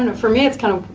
and for me it's kind of